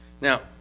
Now